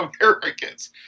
Americans